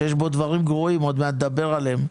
שיש בו דברים גרועים שעוד מעט נדבר עליהם,